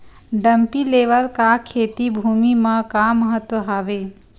Dumpy level का खेती भुमि म का महत्व हावे?